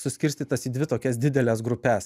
suskirstytas į dvi tokias dideles grupes